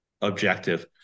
objective